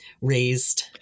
raised